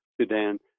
Sudan